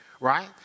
right